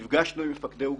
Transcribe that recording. נפגשנו עם מפקדי אוגדות,